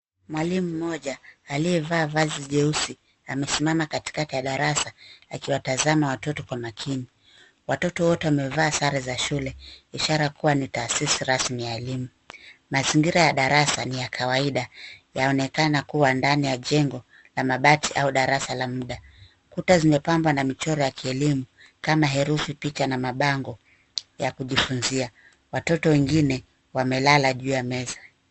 Mwalimu mmoja aliyevaa vazi jeusi, amesimama katikati ya darasa akiwatazama watoto kwa makini. Watoto wote wamevaa sare za shule ishara kuwa ni taasisi rasmi ya elimu. Mazingira ya darasa ni ya kawaida. Yaonekana kuwa ndani ya jengo la mabati au darasa la muda. Kuta zimepambwa na michoro ya kielimu kama herufi, picha na mabango ya kujifunza. Watoto wengine wamelala juu ya meza